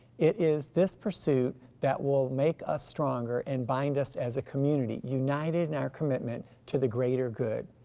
it is this pursuit that will make us stronger and bind us as a community united in our commitment to the greater good.